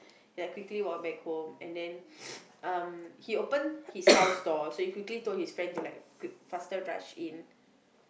like quickly walked back home and then um he open his house door so he quickly told his friend to like quick faster rush in